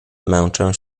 męczę